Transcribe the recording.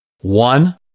One